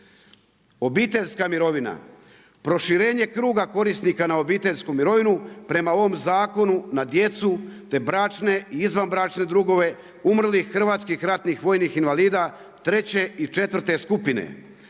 Obiteljska mirovina, proširenje kruga korisnika na obiteljsku mirovinu prema ovom zakonu na djecu te bračne i izvanbračne drugove, umrlih hrvatskih ratnih vojnih invalida treće i četvrte skupine